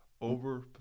over